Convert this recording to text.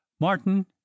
Martin